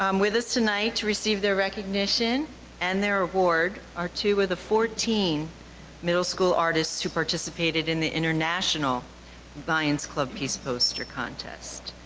um with us tonight to receive their recognition and their award are two of the fourteen middle school artists who participated in the international lions club peace poster contest.